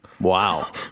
Wow